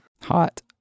Hot